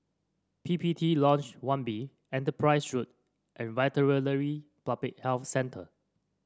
P P T Lodge One B Enterprise Road and Veterinary Public Health Centre